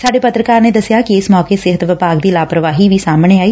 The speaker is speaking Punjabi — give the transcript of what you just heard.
ਸਾਡੇ ਪੱਤਰਕਾਰ ਨੇ ਦਸਿਐ ਕਿ ਇਸ ਮੌਕੇ ਸਿਹਤ ਵਿਭਾਗ ਦੀ ਲਾਪਰਵਾਹੀ ਵੀ ਸਾਹਮਣੇ ਆਈ